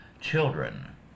children